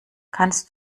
kannst